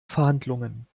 verhandlungen